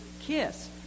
kiss